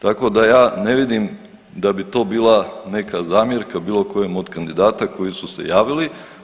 Tako da ja ne vidim da bi to bila neka zamjerka bila kojem od kandidata koji su se javili.